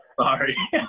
Sorry